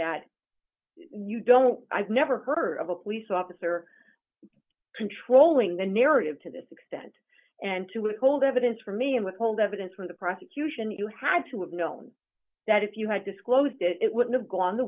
that you don't i've never heard of a police officer controlling the narrative to this extent and to withhold evidence from me and withhold evidence from the prosecution you had to have known that if you had disclosed it it would have gone the